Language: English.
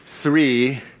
Three